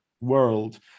world